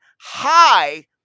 high